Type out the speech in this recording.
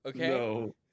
Okay